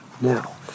Now